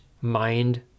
mind